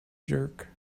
jerk